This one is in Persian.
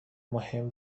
مهم